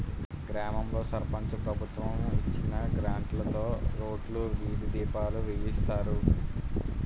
గ్రామాల్లో సర్పంచు ప్రభుత్వం ఇచ్చిన గ్రాంట్లుతో రోడ్లు, వీధి దీపాలు వేయిస్తారు